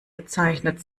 bezeichnet